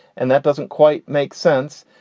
and that doesn't quite make sense.